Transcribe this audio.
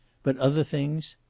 but other things?